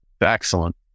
Excellent